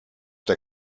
der